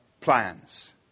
plans